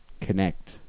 connect